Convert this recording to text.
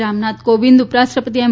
પતિ રામનાથ કોવિંદ ઉપરાષ્ર્ પતિ એમ